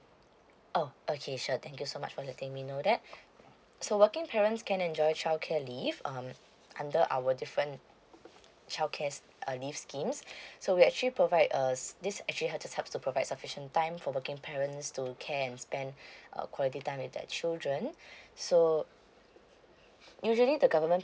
oh okay sure thank you so much for letting me know that so working parents can enjoy childcare leave um under our different childcare's leave schemes so we actually provide err this actually have to provide sufficient time for working parents to care and spend a quality time with their children so usually the government